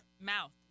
mouth